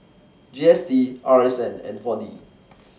G S T R S N and four D